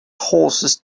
horses